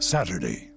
Saturday